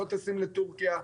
לא טסים לטורקיה,